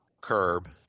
curb